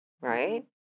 right